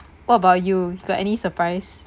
what about you got any surprise